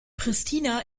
pristina